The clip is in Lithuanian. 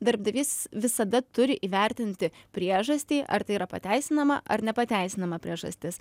darbdavys visada turi įvertinti priežastį ar tai yra pateisinama ar nepateisinama priežastis